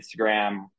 Instagram